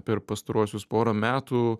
per pastaruosius porą metų